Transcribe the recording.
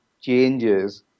changes